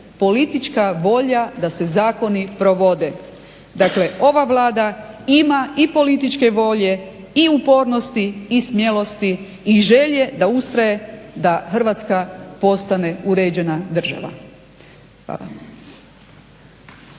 politička volja da se zakoni provode. Dakle, ova Vlada ima i političke volje i upornosti i smjelosti i želje da ustraje da Hrvatska postane uređena država. Hvala.